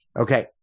Okay